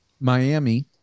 Miami